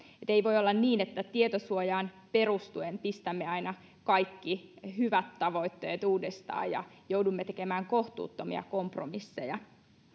ei voi olla niin että tietosuojaan perustuen pistämme aina kaikki hyvät tavoitteet uusiksi ja joudumme tekemään kohtuuttomia kompromisseja kuitenkin